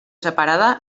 separada